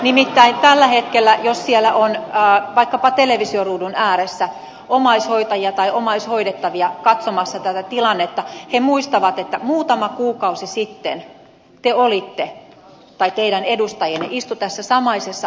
nimittäin tällä hetkellä jos siellä on vaikkapa televisioruudun ääressä omaishoitajia tai omaishoidettavia katsomassa tätä tilannetta he muistavat että muutama kuukausi sitten teidän edustajanne istui tässä samaisessa aitiossa